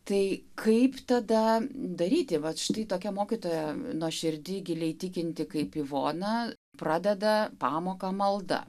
tai kaip tada daryti vat štai tokia mokytoja nuoširdi giliai tikinti kaip ivona pradeda pamoką maldą